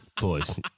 boys